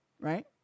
right